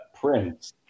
Prince